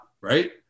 Right